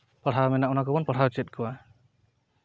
ᱯᱟᱲᱦᱟᱣ ᱢᱮᱱᱟᱜ ᱚᱱᱟ ᱠᱚᱵᱚᱱ ᱯᱟᱲᱦᱟᱣ ᱦᱚᱪᱚᱭᱮᱫ ᱠᱚᱣᱟ